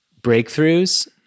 breakthroughs